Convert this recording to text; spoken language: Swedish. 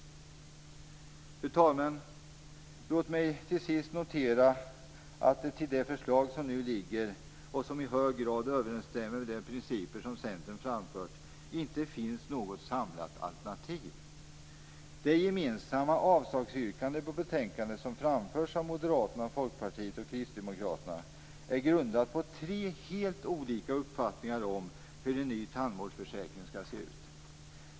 Fru talman! Låt mig till sist notera att det till det förslag som nu föreligger, och som i hög grad överensstämmer med de principer som Centern framfört, inte finns något samlat alternativ. Det gemensamma avslagsyrkandet på utskottets hemställan som framförs av Moderaterna, Folkpartiet och Kristdemokraterna är grundat på tre helt olika uppfattningar om hur en ny tandvårdsförsäkring skall se ut.